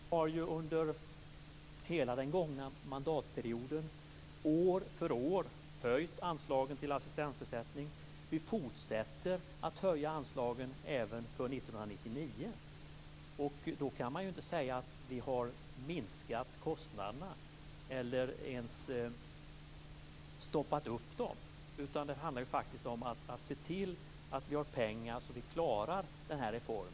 Fru talman! Vi har ju under hela den gångna mandatperioden år för år höjt anslagen till assistansersättning. Vi fortsätter att höja anslagen även för 1999. Då kan man ju inte säga att vi har minskat kostnaderna eller att vi ens har bromsat dem, utan det handlar faktiskt om att se till att vi har pengar så att vi klarar den här reformen.